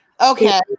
Okay